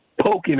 poking